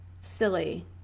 silly